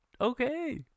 Okay